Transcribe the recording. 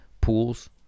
Pools